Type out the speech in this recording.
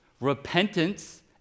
Repentance